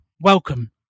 Welcome